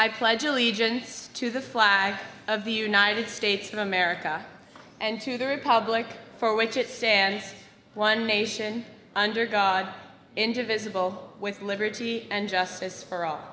i pledge allegiance to the flag of the united states of america and to the republic for which it stands one nation under god indivisible with liberty and justice for all